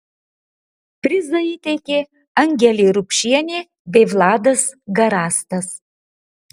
prizą įteikė angelė rupšienė bei vladas garastas